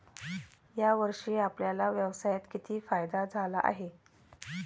या वर्षी आपल्याला व्यवसायात किती फायदा झाला आहे?